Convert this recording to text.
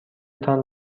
تان